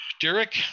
Derek